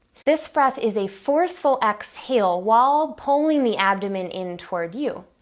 this breath is a forceful exhale while pulling the abdomen in toward you.